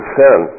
sin